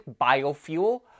biofuel